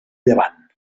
llevant